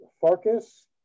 Farkas